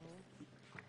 לא.